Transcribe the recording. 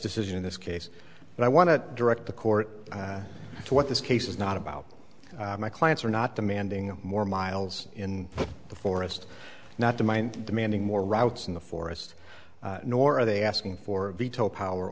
decision in this case and i want to direct the court to what this case is not about my clients are not demanding more miles in the forest not to mind demanding more routes in the forest nor are they asking for a veto power